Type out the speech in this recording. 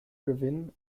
gewinn